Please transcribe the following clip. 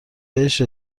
بهش